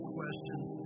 questions